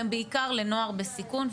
והם בעיקר לנוער בסיכון,